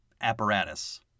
apparatus